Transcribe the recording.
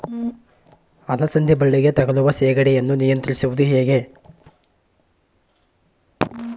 ಅಲಸಂದಿ ಬಳ್ಳಿಗೆ ತಗುಲುವ ಸೇಗಡಿ ಯನ್ನು ನಿಯಂತ್ರಿಸುವುದು ಹೇಗೆ?